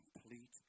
complete